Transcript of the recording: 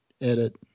edit